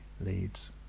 leads